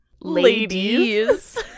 Ladies